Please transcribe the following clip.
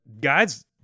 Guys